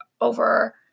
over